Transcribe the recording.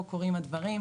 פה קורים הדברים.